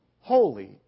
holy